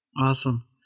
Awesome